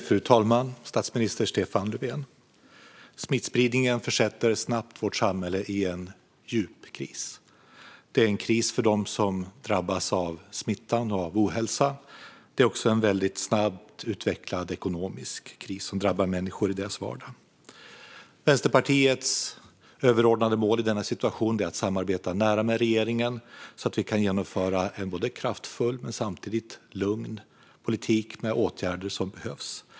Fru talman! Statsminister Stefan Löfven! Smittspridningen försätter snabbt vårt samhälle i en djup kris. Det är en kris för dem som drabbas av smittan och av ohälsa. Det är också en väldigt snabbt utvecklad ekonomisk kris som drabbar människor i deras vardag. Vänsterpartiets överordnade mål i denna situation är att samarbeta nära med regeringen så att vi kan genomföra en kraftfull och samtidigt lugn politik med åtgärder som behövs.